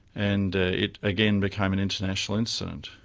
and it again became an international incident.